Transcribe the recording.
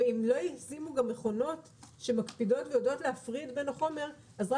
אם לא ישימו מכונות שמקפידות ויודעות להפריד בין החומר אז